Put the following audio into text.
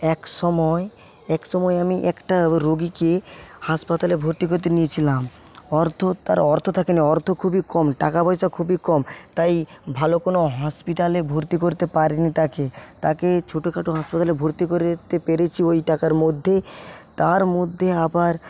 একসময় একসময় আমি একটা রোগীকে হাসপাতালে ভর্তি করতে নিয়েছিলাম অর্থ তার অর্থ থাকেনি অর্থ খুবই কম টাকাপয়সা খুবই কম তাই ভালো কোনো হসপিটালে ভর্তি করতে পারিনি তাকে তাকে ছোটোখাটো হাসপাতালে ভর্তি করতে পেরেছি ওই টাকার মধ্যে তারমধ্যে আবার